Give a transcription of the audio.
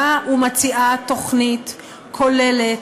באה ומציעה תוכנית כוללת,